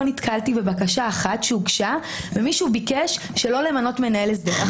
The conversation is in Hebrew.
נתקלתי בבקשה שהוגשה ומישהו ביקש שלא למנות מנהלה סדר.